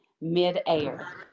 midair